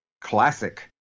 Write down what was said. classic